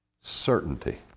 certainty